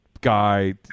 guy